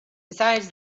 besides